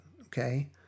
okay